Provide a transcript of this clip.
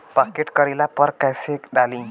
Pocket करेला पर कैसे डाली?